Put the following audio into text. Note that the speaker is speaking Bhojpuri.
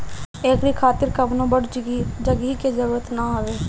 एकरी खातिर कवनो बड़ जगही के जरुरत ना हवे